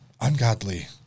ungodly